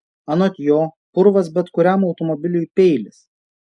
anot jo purvas bet kuriam automobiliui peilis